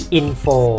info